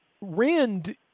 Rand